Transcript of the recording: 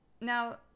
Now